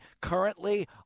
currently